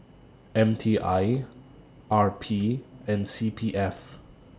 M T I R P and C P F